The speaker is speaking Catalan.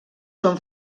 són